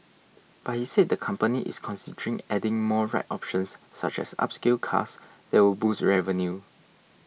but he said the company is considering adding more red options such as upscale cars that would boost revenue